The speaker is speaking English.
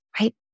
right